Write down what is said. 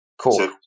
Cool